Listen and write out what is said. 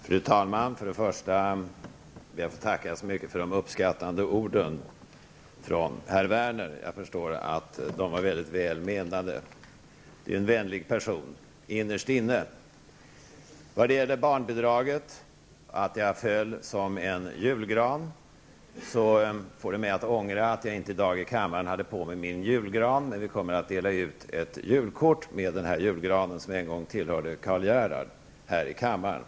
Fru talman! Först ber jag att få tacka för de uppskattande orden från herr Werner. Jag förstår att de var mycket väl menade. Han är en vänlig person innerst inne. Vad han sade om barnbidraget -- att jag föll som en julgran -- får mig att ångra att jag inte i dag i kammaren hade på mig min julgran. Vi kommer att dela ut ett julkort med den här julgranen, som en gång tillhörde Karl Gerhard, här i kammaren.